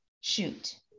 shoot